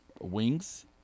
wings